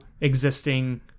existing